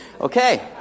Okay